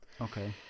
okay